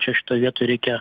čia šitoj vietoj reikia